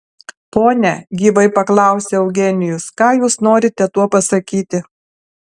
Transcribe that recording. pone gyvai paklausė eugenijus ką jūs norite tuo pasakyti